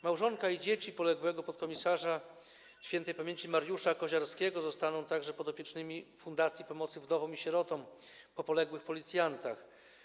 Małżonka i dzieci poległego podkomisarza śp. Mariusza Koziarskiego zostaną także podopiecznymi Fundacji Pomocy Wdowom i Sierotom po Poległych Policjantach.